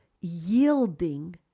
yielding